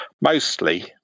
mostly